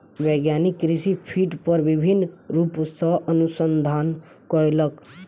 वैज्ञानिक कृषि कीट पर विभिन्न रूप सॅ अनुसंधान कयलक